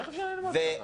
איך אפשר ללמוד ככה?